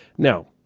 now,